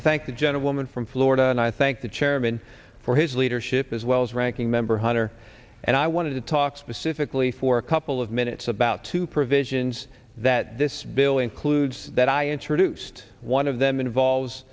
gentleman from florida and i thank the chairman for his leadership as well as ranking member hunter and i want to talk specifically for a couple of minutes about two provisions that this bill includes that i introduced one of them involves